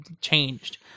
changed